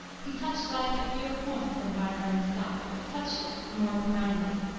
he touched life at fewer points than byron and scott, but touched it more profoundly.